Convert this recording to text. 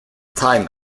time